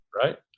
Right